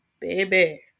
baby